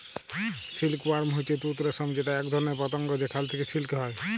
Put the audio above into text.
silk worm হচ্যে তুত রেশম যেটা এক ধরণের পতঙ্গ যেখাল থেক্যে সিল্ক হ্যয়